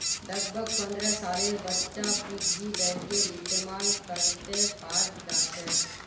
लगभग पन्द्रह सालेर बच्चा पिग्गी बैंकेर इस्तेमाल करते पाल जाछेक